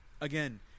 again